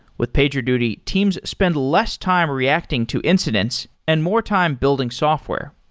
with pagerduty, teams spend less time reacting to incidents and more time building software.